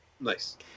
Nice